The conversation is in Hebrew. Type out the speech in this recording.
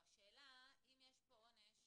השאלה אם יש פה עונש